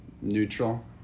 Neutral